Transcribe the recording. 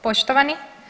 Poštovani.